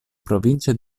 provincia